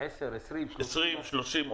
20,30,